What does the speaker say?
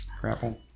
grapple